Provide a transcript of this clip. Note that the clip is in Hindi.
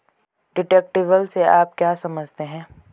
डिडक्टिबल से आप क्या समझते हैं?